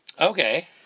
Okay